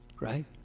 Right